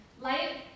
Light